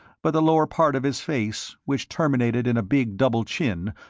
but the lower part of his face, which terminated in a big double chin,